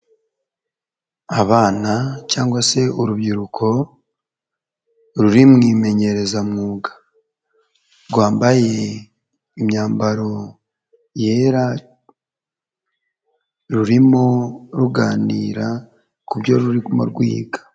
Abana cyangwa se urubyiruko ruri mu imenyerezamwuga rwambaye imyambaro yera rurimo ruganira ku byo rurimo rwiga.